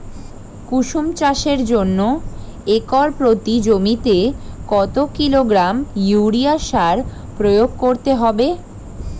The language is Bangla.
কুসুম চাষের জন্য একর প্রতি জমিতে কত কিলোগ্রাম ইউরিয়া সার প্রয়োগ করতে হবে?